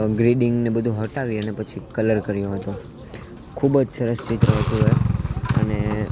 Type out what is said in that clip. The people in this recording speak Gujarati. ગ્રીડિંગ ને બધું હટાવી અને પછી કલર કર્યો હતો ખૂબજ સરસ ચિત્ર હતું એ અને